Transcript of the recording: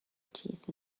teeth